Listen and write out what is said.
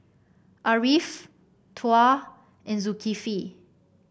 Ariff Tuah and Zulkifli